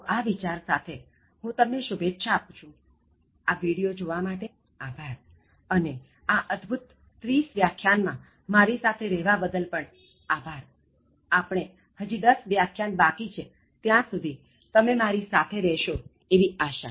તો આ વિચાર સાથેહું તમને શુભેચ્છા આપું છું આ વિડિયો જોવા માટે આભાર અને આ અદ્ભુત 30 વ્યાખ્યાન માં મારી સાથે રહેવા બદલ પણ આભાર આપણે હજી 10 વ્યાખ્યાન બાકી છે ત્યાં સુધી મારી સાથે રહેશો એવી આશા